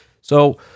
So-